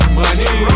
money